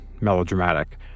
melodramatic